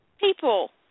People